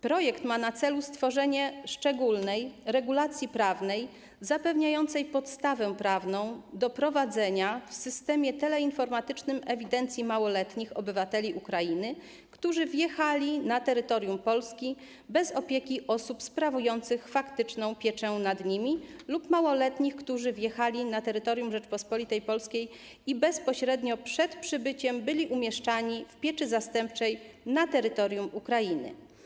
Projekt ma na celu stworzenie szczególnej regulacji prawnej, zapewniającej podstawę prawną do prowadzenia w systemie teleinformatycznym ewidencji małoletnich obywateli Ukrainy, którzy wjechali na terytorium Polski bez opieki osób sprawujących faktyczną pieczę nad nimi, lub małoletnich, którzy wjechali na terytorium Rzeczypospolitej Polskiej i bezpośrednio przed przybyciem byli umieszczeni w pieczy zastępczej na terytorium Ukrainy.